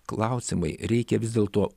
klausimai reikia vis dėlto